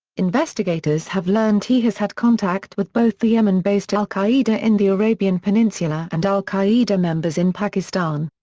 investigators have learned he has had contact with both the yemen-based al-qaeda in the arabian peninsula and al-qaeda members in pakistan.